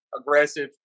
aggressive